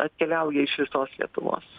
atkeliauja iš visos lietuvos